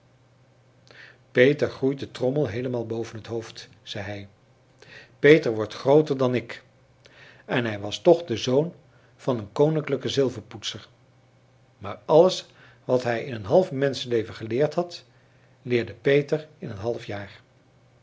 peter groeit de trommel heelemaal boven t hoofd zei hij peter wordt grooter dan ik en hij was toch de zoon van een koninklijken zilverpoetser maar alles wat hij in een half menschenleven geleerd had leerde peter in een half jaar